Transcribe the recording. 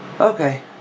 Okay